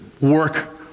work